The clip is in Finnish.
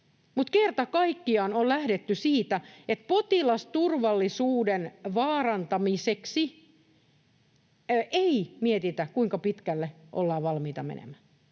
kerta kaikkiaan on lähdetty siitä, että potilasturvallisuuden vaarantamiseksi ei mietitä, kuinka pitkälle ollaan valmiita menemään.